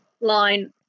line